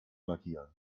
markieren